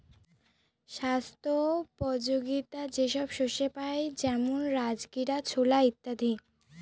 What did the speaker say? স্বাস্থ্যোপযোগীতা যে সব শস্যে পাই যেমন রাজগীরা, ছোলা ইত্যাদি